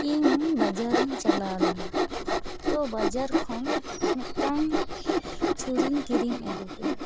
ᱤᱧ ᱵᱟᱡᱟᱨᱤᱧ ᱪᱟᱞᱟᱣ ᱞᱮᱱᱟ ᱛᱳ ᱵᱟᱡᱟᱨ ᱠᱷᱚᱱ ᱢᱤᱫᱴᱟᱝ ᱪᱷᱩᱨᱤᱧ ᱠᱤᱨᱤᱧ ᱟᱹᱜᱩ ᱠᱮᱫᱟ